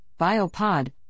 Biopod